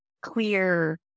clear